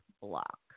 block